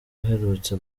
uherutse